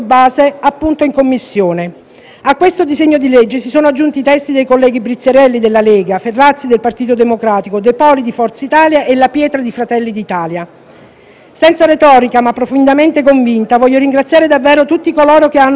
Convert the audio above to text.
A questo disegno di legge si sono aggiunti i testi dei colleghi Briziarelli della Lega, Ferrazzi del Partito Democratico, De Poli di Forza Italia e La Pietra di Fratelli d'Italia. Senza retorica, ma profondamente convinta, voglio ringraziare davvero tutti coloro che hanno lavorato a questo disegno di legge.